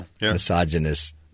misogynist –